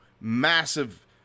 massive